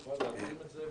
נכון.